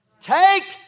Take